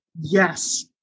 Yes